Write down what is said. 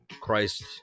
Christ